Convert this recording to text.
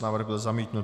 Návrh byl zamítnut.